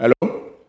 hello